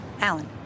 Alan